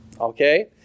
Okay